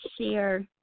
share